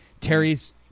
Terry's